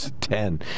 ten